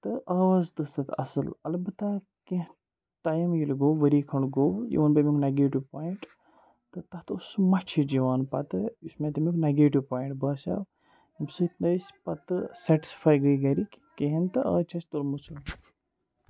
تہٕ آواز تہِ ٲس تَتھ اَصٕل اَلبَتہ کینٛہہ ٹایِم ییٚلہِ گوٚو ؤری کھنٛڈ گوٚو یہِ وَن بہٕ اَمیُک نَگیٹِوٗ پویِنٛٹ تہٕ تَتھ اوس سُہ مَچھِ ہِچھ یِوان پَتہٕ یُس مےٚ تَمیُک نَگیٹِوٗ پویِنٛٹ باسیو ییٚمہِ سۭتۍ نہٕ أسۍ پَتہٕ سیٚٹٕسفاے گٔے گَرِکۍ کِہیٖنۍ تہٕ آز چھِ اَسہِ تُلمُت سُہ